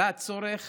עלה הצורך